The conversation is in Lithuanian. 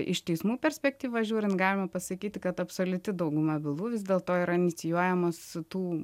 iš teismų perspektyvos žiūrint galima pasakyti kad absoliuti dauguma bylų vis dėlto yra inicijuojamos tų